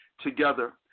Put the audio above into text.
together